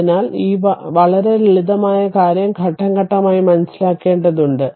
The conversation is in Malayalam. അതിനാൽ ഈ വളരെ ലളിതമായ കാര്യം ഘട്ടം ഘട്ടമായി മനസ്സിലാക്കേണ്ടതുണ്ട്